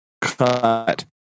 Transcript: Cut